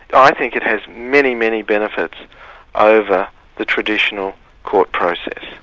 i think it has many, many benefits over the traditional court process.